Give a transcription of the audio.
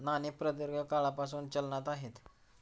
नाणी प्रदीर्घ काळापासून चलनात आहेत